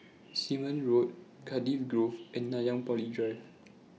Simon Road Cardifi Grove and Nanyang Poly Drive